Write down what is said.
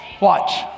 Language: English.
Watch